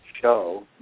show